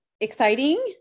exciting